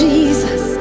Jesus